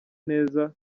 neza